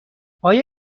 آیا